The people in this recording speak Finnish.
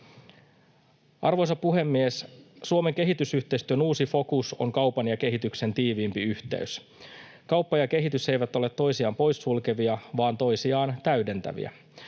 Arvoisa puhemies! Suomen kehitysyhteistyön uusi fokus on kaupan ja kehityksen tiiviimpi yhteys. Kauppa ja kehitys eivät ole toisiaan poissulkevia vaan toisiaan täydentäviä.